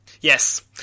Yes